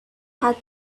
had